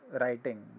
writing